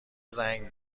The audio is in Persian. زنگ